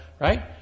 right